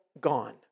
gone